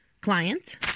client